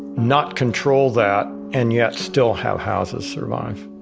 not control that, and yet still have houses survive